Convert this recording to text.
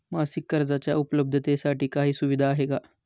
मासिक कर्जाच्या उपलब्धतेसाठी काही सुविधा आहे का?